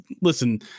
listen